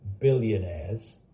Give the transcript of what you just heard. billionaires